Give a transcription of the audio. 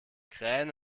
krähen